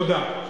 תודה.